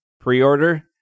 pre-order